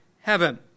heaven